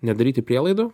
nedaryti prielaidų